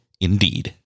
Indeed